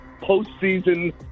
postseason